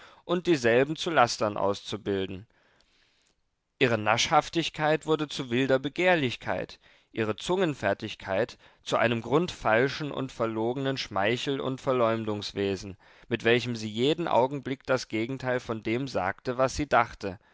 und dieselben zu lastern auszubilden ihre naschhaftigkeit wurde zu wilder begehrlichkeit ihre zungenfertigkeit zu einem grundfalschen und verlogenen schmeichel und verleumdungewesen mit welchem sie jeden augenblick das gegenteil von dem sagte was sie dachte